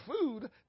food